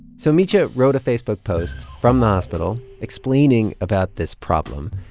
so mitya wrote a facebook post from the hospital explaining about this problem,